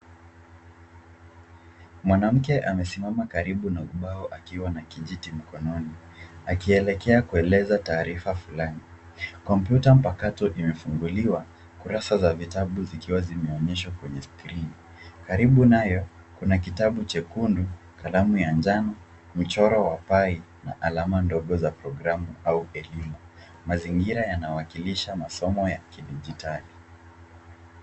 Mwanamke amesimama karibu na ubao akiwa na kijiti mkononi akielekea kueleza taarifa flani. Kompyuta mpakato imefunguliwa, kurasa za vitabu zikiwa zimeonyeshwa kwenye skrini. Karibu nayo kuna kitabu chekundu, kalamu ya njano, mchoro wa pai na alama ndogo za programu au elimu. Mazingira yanawakilisha masomo ya kidigitari.